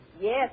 Yes